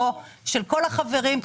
של כל החברים,